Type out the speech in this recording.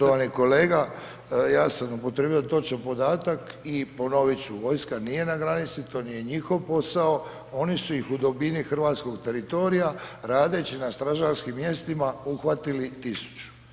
Štovani kolega, ja sam upotrijebio točan podatak i ponoviti ću, vojska nije na granici, to nije njihov posao, oni su ih u dubini hrvatskog teritorija radeći na stražarskim mjestima uhvatili tisuću.